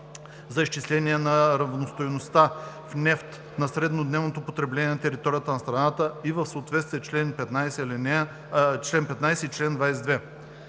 за изчисляване на равностойността в нефт на среднодневното потребление на територията на страната и в съответствие с чл. 15 и чл. 22